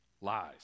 lies